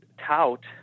tout